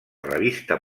revista